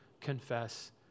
confess